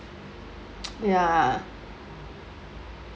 ya